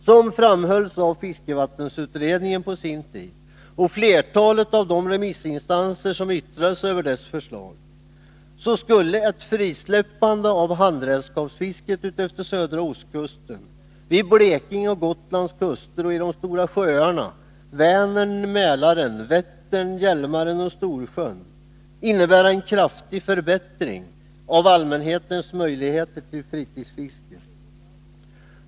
Som framhölls av fiskevattensutredningen på sin tid och flertalet av de remissinstanser som yttrat sig över dess förslag, skulle ett frisläppande av handredskapsfisket utefter södra ostkusten, vid Blekinge och Gotlands kuster och i de stora sjöarna — Vänern, Mälaren, Vättern, Hjälmaren och Storsjön — innebära en kraftig förbättring av allmänhetens möjligheter till fritidsfiske.